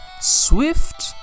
Swift